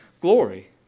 glory